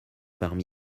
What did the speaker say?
parmi